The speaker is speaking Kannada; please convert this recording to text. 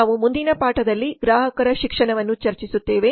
ನಾವು ಮುಂದಿನ ಪಾಠದಲ್ಲಿ ಗ್ರಾಹಕರ ಶಿಕ್ಷಣವನ್ನು ಚರ್ಚಿಸುತ್ತೇವೆ